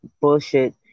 bullshit